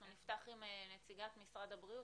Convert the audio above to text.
אנחנו נפתח גם עם נציגת משרד הבריאות.